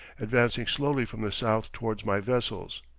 advancing slowly from the south towards my vessels.